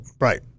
Right